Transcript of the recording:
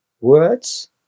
Words